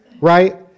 right